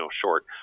short